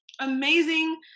amazing